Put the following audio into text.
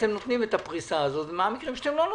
אתם נותנים את הפריסה הזאת ומהם המקרים שאתם לא נותנים.